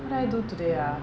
what did I do today ah